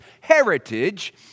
heritage